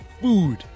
food